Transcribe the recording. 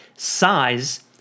size